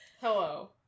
Hello